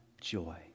joy